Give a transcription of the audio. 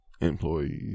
employees